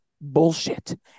Bullshit